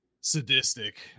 sadistic